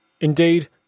Indeed